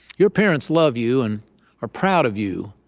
your parents love you and are proud of you.